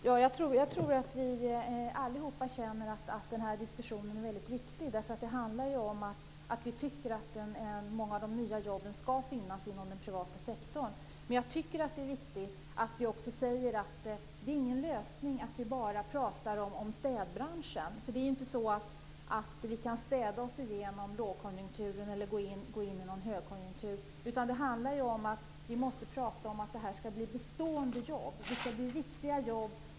Herr talman! Ja, jag tror att vi allihop känner att den här diskussionen är väldigt viktig. Vi tycker att många av de nya jobben skall finnas inom den privata sektorn. Men jag tycker också att det är viktigt att inse att det inte är någon lösning att bara inrikta sig på städbranschen. Vi kan inte bara genom städning komma ut ur lågkonjunkturen och komma in i en högkonjunktur. Vad vi måste inrikta oss på är att det skall bli riktiga och bestående jobb.